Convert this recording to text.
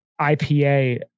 IPA